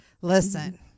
listen